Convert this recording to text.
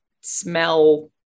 smell